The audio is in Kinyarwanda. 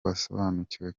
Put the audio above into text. basobanukiwe